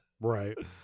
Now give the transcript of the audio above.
Right